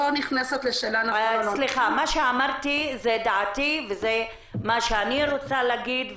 מה שאמרתי זו דעתי וזה מה שאני רוצה להגיד.